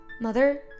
Mother